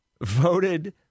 voted